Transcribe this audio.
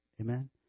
Amen